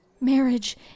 Marriage